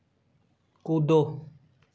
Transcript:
कूदो